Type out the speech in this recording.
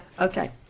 Okay